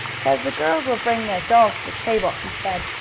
cause the girls will bring their dolls to the table, he said,